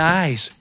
eyes